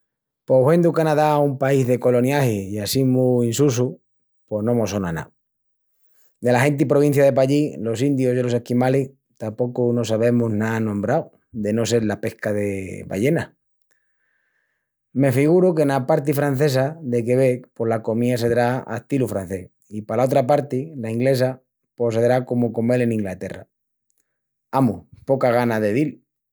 Pos huendu Canadá un país de coloniagi i assín mu insussu, pos no mos sona ná. Dela genti provincia de pallí, los indius i los esquimalis, tapocu no sabemus ná anombrau, de no sel la pesca de ballenas. Me figuru que ena parti francesa de Quebec, pos la comía sedrá astilu francés i pala otra parti, la inglesa, pos sedrá comu comel en Inglaterra. Amus, poca gana de dil.